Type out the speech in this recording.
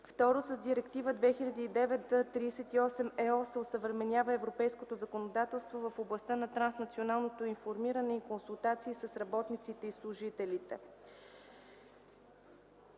II. С Директива 2009/38/ЕО се осъвременява европейското законодателство в областта на транснационалното информиране и консултации с работниците и служителите.